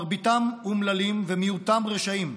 מרביתם אומללים ומיעוטם רשעים,